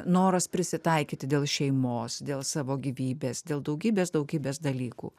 noras prisitaikyti dėl šeimos dėl savo gyvybės dėl daugybės daugybės dalykų